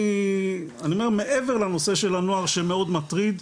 אני אומר מעבר לנושא של הנוער שמאוד מטריד,